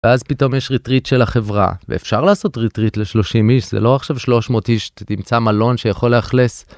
ואז פתאום יש ריטריט של החברה, ואפשר לעשות ריטריט ל-30 איש, זה לא עכשיו 300 איש, תמצא מלון שיכול לאכלס.